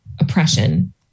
oppression